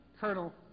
Colonel